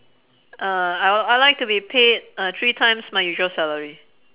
uh I would I'd like to be paid uh three times my usual salary